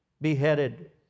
beheaded